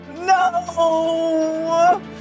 No